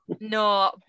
no